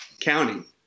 county